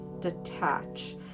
detach